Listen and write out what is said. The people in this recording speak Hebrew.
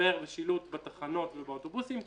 הסבר ושילוט בתחנות ובאוטובוסים,